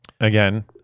again